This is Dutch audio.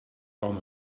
kwam